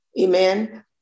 amen